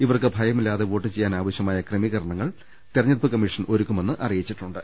ഇവർക്ക് ഭയമില്ലാതെ വോട്ടു ചെയ്യുന്നതിനാവശ്യമായ ക്രമീകരണങ്ങൾ തെരഞ്ഞെടുപ്പ് കമ്മീഷൻ ഒരുക്കുമെന്ന് അറിയി ച്ചുണ്ട്